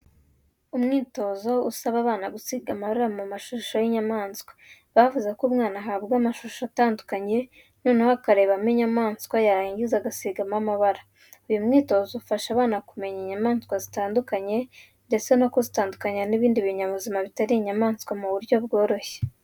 Umwitozo usaba abana gusiga amabara mu mashusho y'inyamaswa; bavuze ko umwana ahabwa amashusho atandukanye noneho akarebamo inyamaswa yarangiza agasigamo amabara. Uyu mwitozo ufasha abana kumenya inyamaswa zitandukanye ndetse no kuzitandukanya n'ibindi binyabuzima bitari inyamaswa mu buryo bworoshye.